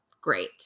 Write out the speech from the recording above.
Great